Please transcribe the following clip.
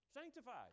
Sanctified